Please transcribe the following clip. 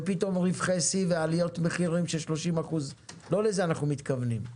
ופתאום היו רווחי שיא ועליות מחירים של 30% - לא לזה אנחנו מתכוונים.